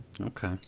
Okay